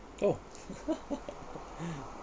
oh